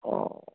ও